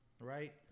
right